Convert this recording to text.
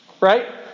right